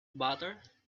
butter